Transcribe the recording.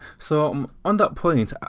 so on that point,